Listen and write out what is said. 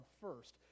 first